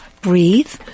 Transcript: breathe